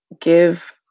give